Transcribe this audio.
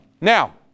Now